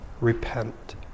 repent